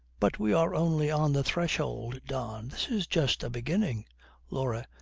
but we are only on the threshold, don. this is just a beginning laura.